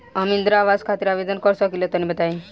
हम इंद्रा आवास खातिर आवेदन कर सकिला तनि बताई?